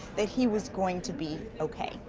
that he was going to be okay.